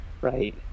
Right